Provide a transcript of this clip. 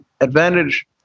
advantage